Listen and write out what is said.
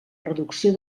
reducció